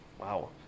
Wow